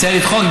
מציע לדחות,